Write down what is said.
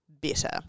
better